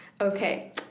Okay